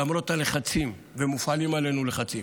למרות הלחצים, ומופעלים עלינו לחצים,